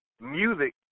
music